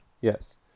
yes